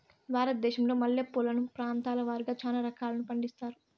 భారతదేశంలో మల్లె పూలను ప్రాంతాల వారిగా చానా రకాలను పండిస్తారు